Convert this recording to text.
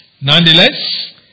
Nonetheless